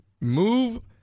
move